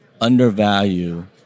undervalue